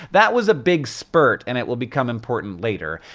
that was a big spurt and it will become important later.